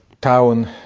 town